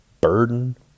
burden